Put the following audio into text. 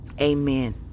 Amen